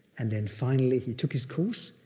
and then finally he took his course,